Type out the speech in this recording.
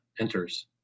enters